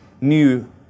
new